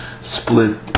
split